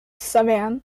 saverne